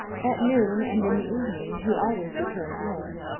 at noon, and in the evening, he always returned home.